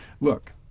look